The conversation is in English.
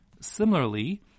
Similarly